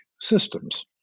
systems